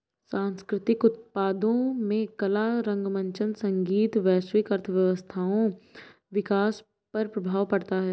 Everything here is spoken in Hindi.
सांस्कृतिक उत्पादों में कला रंगमंच संगीत वैश्विक अर्थव्यवस्थाओं विकास पर प्रभाव पड़ता है